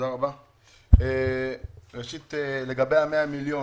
הרב גפני, לגבי ה-100 מיליון,